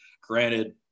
granted